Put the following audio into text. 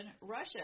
Russia